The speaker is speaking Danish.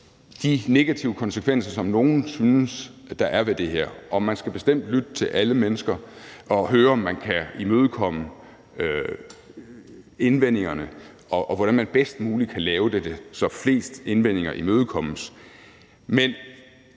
de negative konsekvenser, som nogle synes der er ved det her, og man skal bestemt lytte til alle mennesker og høre, om man kan imødekomme indvendingerne, og finde ud af, hvordan man bedst muligt kan lave dette, så flest indvendinger imødekommes. Men